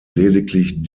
lediglich